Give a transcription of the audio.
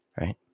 right